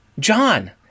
John